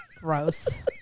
Gross